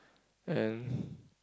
and